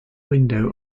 window